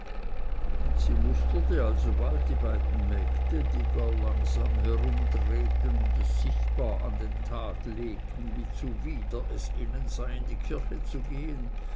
und sie musterte also bald die beiden mägde die gar langsam herumdrehten und es sichtbar an den tag legten wie zuwider es ihnen sei in die kirche zu gehen